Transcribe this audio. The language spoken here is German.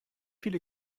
viele